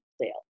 sales